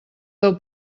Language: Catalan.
del